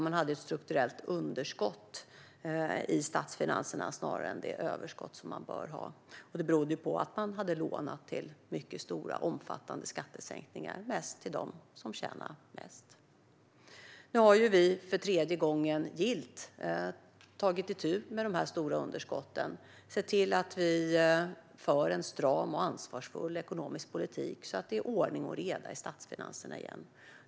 Man hade ett strukturellt underskott i statsfinanserna snarare än det överskott som man bör ha. Det berodde på att man hade lånat till mycket omfattande skattesänkningar, mest till dem som tjänar mest. Nu har vi för tredje gången gillt tagit itu med de stora underskotten. Vi har sett till att vi för en stram och ansvarsfull ekonomisk politik så att det är ordning och reda i statsfinanserna igen.